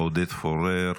עודד פורר,